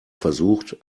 versucht